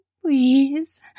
please